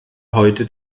heute